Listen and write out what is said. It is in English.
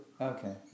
Okay